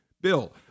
Bill